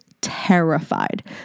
terrified